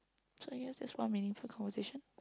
so yes just one minute for conversation